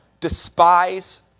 despise